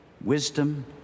wisdom